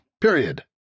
period